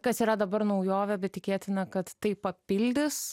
kas yra dabar naujovė bet tikėtina kad tai papildys